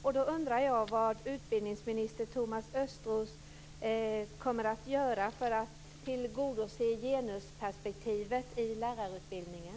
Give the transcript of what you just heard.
Därför undrar jag vad utbildningsminister Thomas Östros kommer att göra för att tillgodose genusperspektivet i lärarutbildningen.